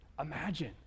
Imagine